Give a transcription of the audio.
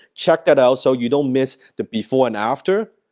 check that out so you don't miss the before and after,